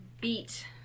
beat